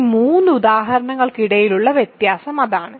ഈ 3 ഉദാഹരണങ്ങൾക്കിടയിലുള്ള വ്യത്യാസം അതാണ്